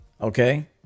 okay